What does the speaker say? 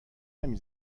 نمی